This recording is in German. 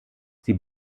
sie